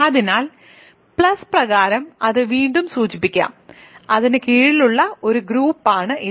അതിനാൽ പ്ലസ് പ്രകാരം അത് വീണ്ടും സൂചിപ്പിക്കാം അതിന് കീഴിലുള്ള ഒരു ഗ്രൂപ്പാണ് ഇത്